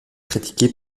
critiqué